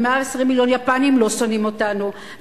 ו-120 מיליון יפנים לא שונאים אותנו,